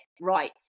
right